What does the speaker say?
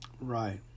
Right